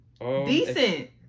Decent